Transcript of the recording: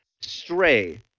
Stray